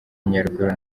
nyaruguru